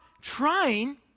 trying